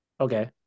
Okay